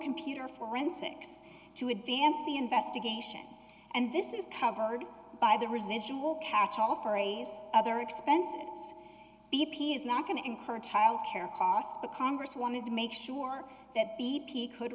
computer forensics to advance the investigation and this is covered by the residual catch all phrase other expenses b p is not going to incur childcare costs but congress wanted to make sure that b p could